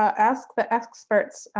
um ask the experts.